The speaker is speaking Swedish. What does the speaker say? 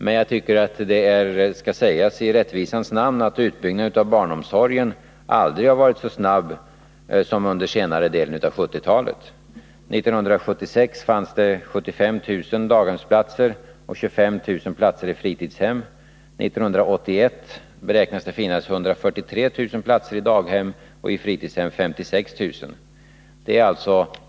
Men jag tycker att det i rättvisans namn skall sägas att utbyggnaden av barnomsorgen aldrig har varit så snabb som under den senare delen av 1970-talet. År 1976 fanns det 75 000 daghemsplatser och 25 000 platser i fritidshem. År 1981 beräknas det finnas 143 000 platser i daghem och 56 000 i fritidshem.